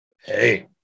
Hey